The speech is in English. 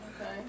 Okay